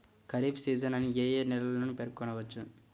Kharif season అని ఏ ఏ నెలలను పేర్కొనవచ్చు?